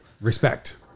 Respect